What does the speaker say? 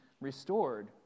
restored